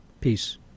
Peace